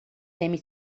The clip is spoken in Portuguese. temem